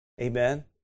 Amen